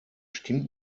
stimmt